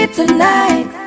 tonight